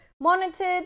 monitored